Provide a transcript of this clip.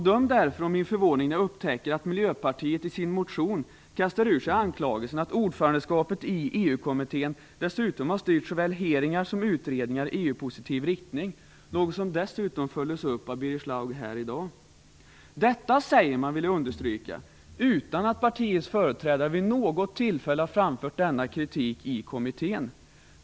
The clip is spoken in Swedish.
Döm därför om min förvåning när jag upptäcker att man från Miljöpartiet i sin motion kastar ur sig anklagelsen: "Ordförandeskapet i EU-kommittén har dessutom styrt såväl hearingar som utredningar i EU-positiv riktning" - något som dessutom följdes upp av Birger Schlaug här i dag. Detta säger man - och det vill jag understryka - utan att partiets företrädare vid något tillfälle har framfört denna kritik i kommittén.